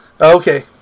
Okay